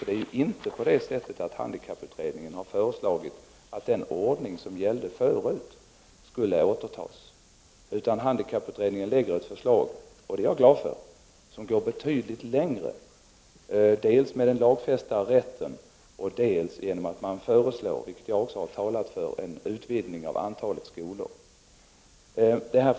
Det är inte på det sättet att handikapputredningen har föreslagit att den ordning som gällde förut skulle återtas, utan man lägger fram förslag — vilket jag är glad för — som går betydligt längre, dels med den lagfästa rätten, dels med en utvidgning av antalet skolor, vilket jag också har talat för.